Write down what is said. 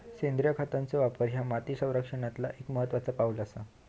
सेंद्रिय खतांचो वापर ह्या माती संरक्षणातला एक महत्त्वाचा पाऊल आसा